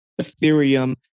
Ethereum